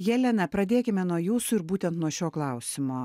jelena pradėkime nuo jūsų ir būtent nuo šio klausimo